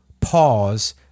pause